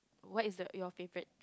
what is the your favorite